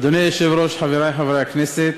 אדוני היושב-ראש, חברי חברי הכנסת,